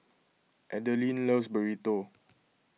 Adilene loves Burrito